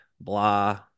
blah